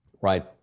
Right